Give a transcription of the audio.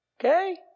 Okay